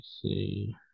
see